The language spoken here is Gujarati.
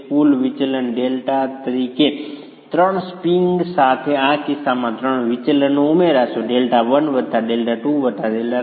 કુલ વિચલન Δ તરીકે 3 સ્પ્રિંગ્સ સાથે આ કિસ્સામાં ત્રણ વિચલનો ઉમેરાશે Δ1 Δ2 Δ3